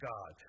God